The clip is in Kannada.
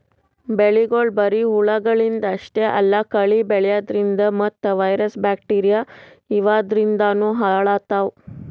ಬೆಳಿಗೊಳ್ ಬರಿ ಹುಳಗಳಿಂದ್ ಅಷ್ಟೇ ಅಲ್ಲಾ ಕಳಿ ಬೆಳ್ಯಾದ್ರಿನ್ದ ಮತ್ತ್ ವೈರಸ್ ಬ್ಯಾಕ್ಟೀರಿಯಾ ಇವಾದ್ರಿನ್ದನೂ ಹಾಳಾತವ್